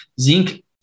Zinc